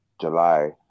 July